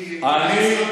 האוכלוסייה הערבית,